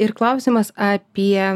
ir klausimas apie